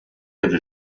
other